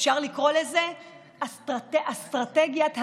אפשר לקרוא לזה אסטרטגיית ההדדיות.